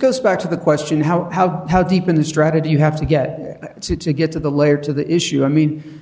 goes back to the question how how how deep in the strata do you have to get to get to the layer to the issue i mean